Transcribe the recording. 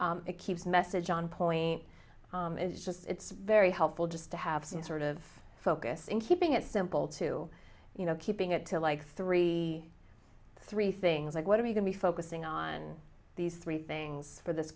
place it keeps message on point is just it's very helpful just to have seen sort of focus in keeping it simple to you know keeping it to like three three things like what are we going to be focusing on these three things for this